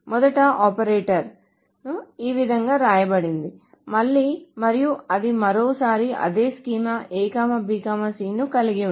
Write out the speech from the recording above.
మొదట ఆపరేటర్ ఈ విధంగా వ్రాయబడింది మళ్ళీ మరియు అది మరోసారి అదే స్కీమా A B C ను కలిగి ఉంది